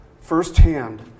firsthand